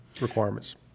requirements